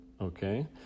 okay